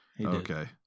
Okay